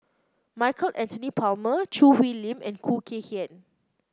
Michael Anthony Palmer Choo Hwee Lim and Khoo Kay Hian